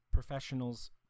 professionals